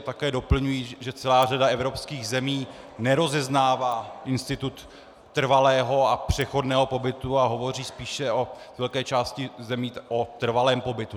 Také doplňuji, že celá řada evropských zemí nerozeznává institut trvalého a přechodného pobytu a hovoří spíše ve velké části zemí o trvalém pobytu.